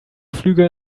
flüge